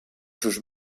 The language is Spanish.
sus